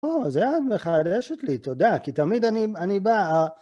או, זה את מחדשת לי, תודה, כי תמיד אני בא...